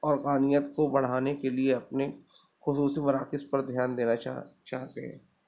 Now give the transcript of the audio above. اوقانیت کو بڑھانے کے لیے اپنے خصوصی مراکز پر دھیان دینا چاہ چاہتے ہیں